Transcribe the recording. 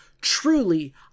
Truly